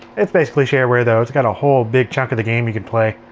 it's basically shareware though. it's got a whole big chunk of the game you can play.